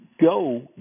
go